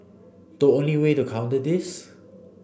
the only way to counter this